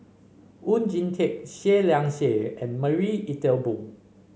Oon Jin Teik Seah Liang Seah and Marie Ethel Bong